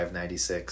96